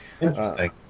Interesting